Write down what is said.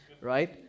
right